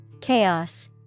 Chaos